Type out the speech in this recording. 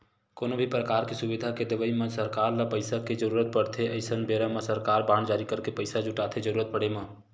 कोनो भी परकार के सुबिधा के देवई म सरकार ल पइसा के जरुरत पड़थे अइसन बेरा म सरकार बांड जारी करके पइसा जुटाथे जरुरत पड़े म